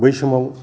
बै समाव